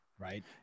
right